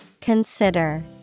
consider